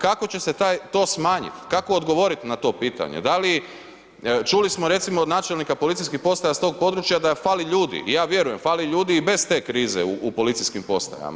Kako će se to smanjiti, kako odgovoriti na to pitanje, da li, čuli smo recimo od načelnika policijskih postaja s tog područja da fali ljudi i ja vjerujem, fali ljudi i bez te krize u policijskim postajama.